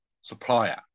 supplier